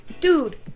Dude